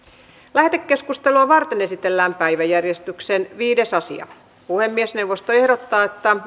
lähetekeskustelua varten esitellään päiväjärjestyksen viides asia puhemiesneuvosto ehdottaa että